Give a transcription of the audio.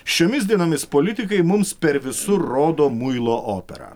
šiomis dienomis politikai mums per visur rodo muilo operą